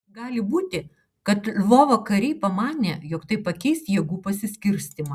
gali būti kad lvovo kariai pamanė jog tai pakeis jėgų pasiskirstymą